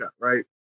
right